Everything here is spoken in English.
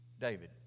David